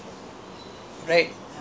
and ketchup no such thing